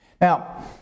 Now